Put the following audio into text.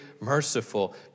merciful